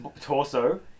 torso